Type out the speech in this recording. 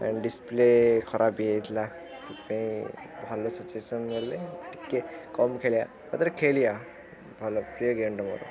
display ଖରାପ ବି ଯାଇଥିଲା ସେଥିପାଇଁ ଭଲ ସିଚୁଏସନ୍ ହେଲେ ଟିକେ କମ୍ ଖେଳିବା ମାତ୍ର ଖେଳିବା ଭଲ ପ୍ରିୟ ଗେମ୍ଟା ମୋର